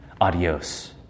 adios